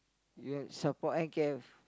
you want support N_K_F